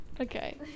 Okay